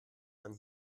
man